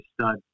stud